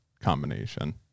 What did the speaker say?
combination